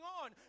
on